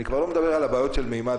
אולי תכניסו עוד הגבלה,